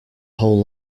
whole